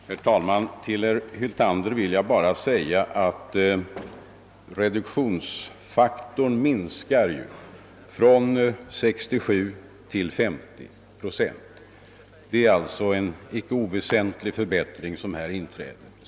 Herr talman! Till herr Hyltander vill jag säga att reduktionsfaktorn ju ändå minskar från 67 till 50 procent; det är alltså inte någon oväsentlig förbättring som här sker.